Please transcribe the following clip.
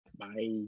Bye